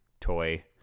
toy